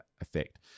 effect